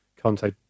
Conte